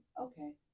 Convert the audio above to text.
okay